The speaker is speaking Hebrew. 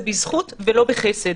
זה בזכות ולא בחסד.